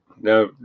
Now